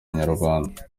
inyarwanda